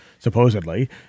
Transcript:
Supposedly